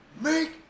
Make